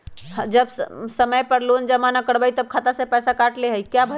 जब समय पर लोन जमा न करवई तब खाता में से पईसा काट लेहई?